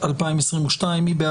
נוספים ודאי